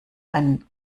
einen